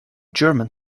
german